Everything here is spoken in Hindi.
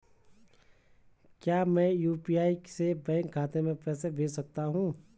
क्या मैं यु.पी.आई से बैंक खाते में पैसे भेज सकता हूँ?